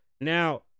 Now